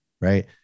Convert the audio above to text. right